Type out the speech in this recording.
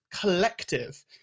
collective